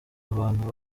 abantu